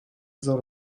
zor